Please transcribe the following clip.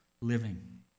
living